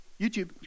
YouTube